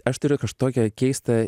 aš turiu tokią keistą